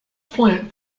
plant